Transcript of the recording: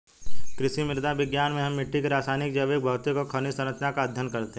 कृषि मृदा विज्ञान में हम मिट्टी की रासायनिक, जैविक, भौतिक और खनिज सरंचना का अध्ययन करते हैं